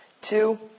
Two